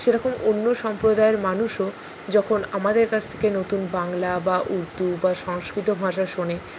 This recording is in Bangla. সেরকম অন্য সম্প্রদায়ের মানুষও যখন আমাদের কাছ থেকে নতুন বাংলা বা উর্দু বা সংস্কৃত ভাষা শোনে